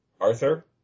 Arthur